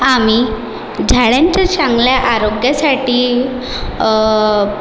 आम्ही झाडांच्या च्यांगल्या आरोग्यासाठी